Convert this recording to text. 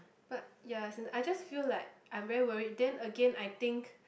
but ya as in I just feel like I'm very worried then Again I think